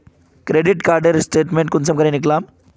Credit कार्डेर statement कुंसम करे निकलाम?